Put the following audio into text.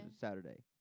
Saturday